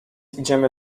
idziemy